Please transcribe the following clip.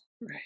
Right